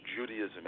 Judaism